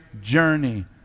journey